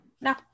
No